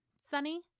Sunny